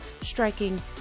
striking